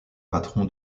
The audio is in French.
patron